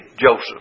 Joseph